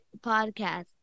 podcast